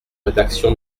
rédaction